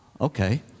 Okay